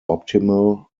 optimal